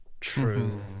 True